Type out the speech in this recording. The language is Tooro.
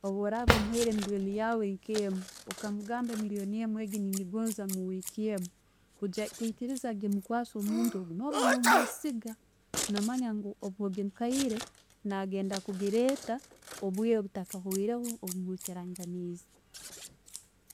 bworaba omuhaire millioni yaawe nkwemu, okamugamba millioni yange egyo nengigoonza omuweeki emu, kwijja kwikiriza gimukwasa omuntu ogwo no'ba no'mwesiga, namanya ngu ogimuhaire, nagya gileeta obwire butakahoireho obwikaraganinze.